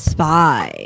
Spy